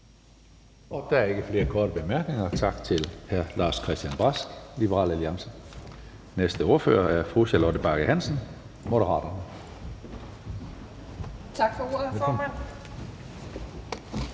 Der er ikke flere korte bemærkninger, så tak til hr. Lars-Christian Brask, Liberal Alliance. Den næste ordfører er fru Charlotte Bagge Hansen, Moderaterne. Kl. 18:23 (Ordfører)